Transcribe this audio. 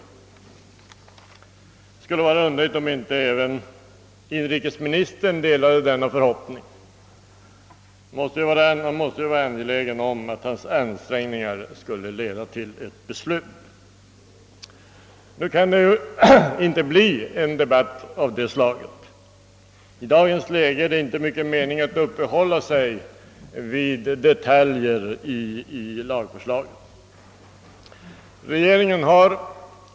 Det skulle vara underligt om inte även inrikesministern delade denna förhoppning — han måste väl vara angelägen om att hans ansträngningar skulle leda till ett beslut. Nu kan det inte bli en debatt av det slaget. I dagens läge är det inte mycket mening med att uppehålla sig vid detaljer i lagförslaget.